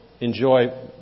enjoy